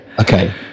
Okay